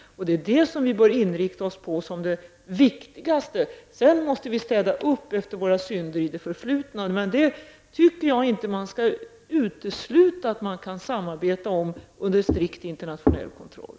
Det är det som vi inriktar oss på som det viktigaste. Därutöver måste vi städa efter våra synder i det förflutna. Jag tycker inte att man skall utesluta ett samarbete under strikt internationell kontroll.